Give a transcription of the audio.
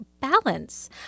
balance